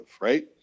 right